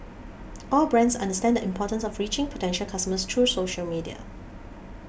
all brands understand the importance of reaching potential customers through social media